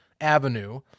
avenue